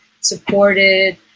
supported